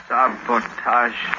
Sabotage